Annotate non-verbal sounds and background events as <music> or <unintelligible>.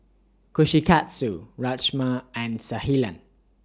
Kushikatsu Rajma and <unintelligible>